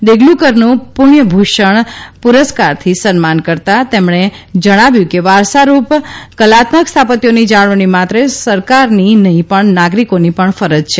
દેગલુકરનું પૂસ્થભૂષણ પુરસ્કારથી સન્માન કરતાં તેમણે ણાવ્યું કે વારસારૂપ કલાત્મક સ્થાપત્યોની જાળવણી માત્ર સરકારની નહીં નાગરિકોની પણ ફરા છે